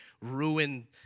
ruin